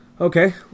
Okay